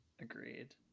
Agreed